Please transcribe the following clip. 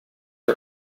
are